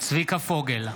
צביקה פוגל,